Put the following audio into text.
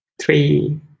Three